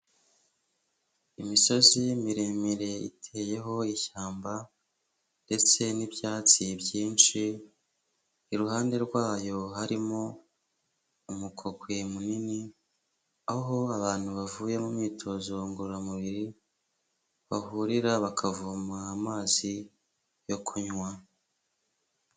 Imisozi miremire iteyeho ishyamba ndetse n'ibyatsi byinshi, iruhande rwayo harimo umukokwe munini aho abantu bavuye mu myitozo ngororamubiri bahurira bakavoma amazi yo kunywa.